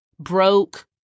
broke